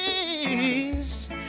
please